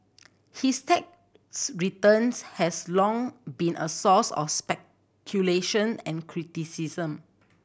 his tax returns has long been a source of speculation and criticism